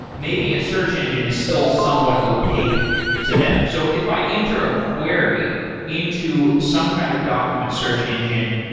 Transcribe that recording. maybe a search engine is still somewhat opaque to them. so if i enter a query into some kind of document search engine,